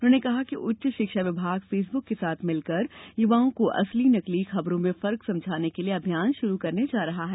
उन्होंने कहा कि उच्च शिक्षा विभाग फेसब्रक के साथ मिलकर युवाओं को असली नकली खबरों में फर्क समझाने के लिए अभियान शुरू करने जा रहा है